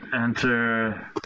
enter